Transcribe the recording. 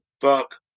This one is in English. fuck